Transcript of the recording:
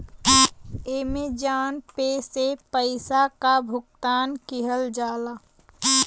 Amazon Pay से पइसा क भुगतान किहल जाला